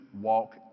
walk